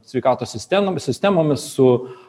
sveikatos sistemomis sistemomis su